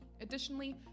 Additionally